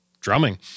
drumming